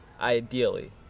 Ideally